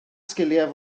sgiliau